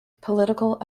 political